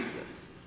Jesus